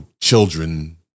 Children